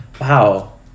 wow